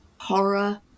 horror